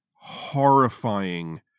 horrifying